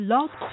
Love